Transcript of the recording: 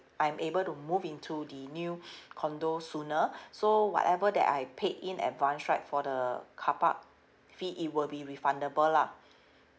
I'm able to move into the new condominium sooner so whatever that I paid in advance right for the carpark fee it will be refundable lah